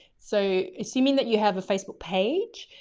so assuming that you have a facebook page,